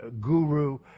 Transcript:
guru